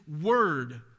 word